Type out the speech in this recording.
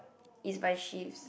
is by shifts